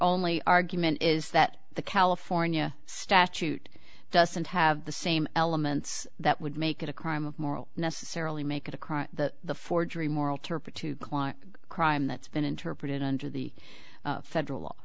only argument is that the california statute doesn't have the same elements that would make it a crime of moral necessarily make it a crime the forgery moral turpitude client crime that's been interpreted under the federal